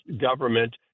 government